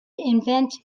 invent